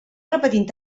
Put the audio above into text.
repetint